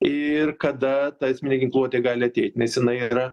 ir kada ta esminė ginkluotė gali ateit nes jinai yra